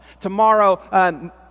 Tomorrow